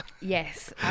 yes